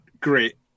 great